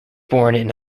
born